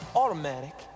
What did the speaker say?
automatic